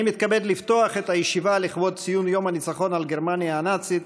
אני מתכבד לפתוח את הישיבה לכבוד ציון יום הניצחון על גרמניה הנאצית,